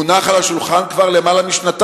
מונח על השולחן כבר יותר משנתיים,